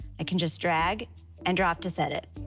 and can just drag and drop to set it.